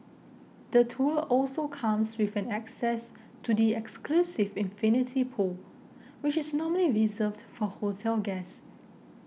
the tour also comes with an access to the exclusive infinity pool which is normally reserved for hotel guests